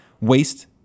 Waste